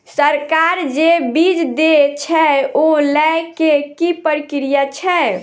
सरकार जे बीज देय छै ओ लय केँ की प्रक्रिया छै?